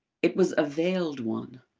it was a veiled one.